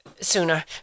sooner